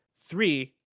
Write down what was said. three